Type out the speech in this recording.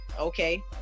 okay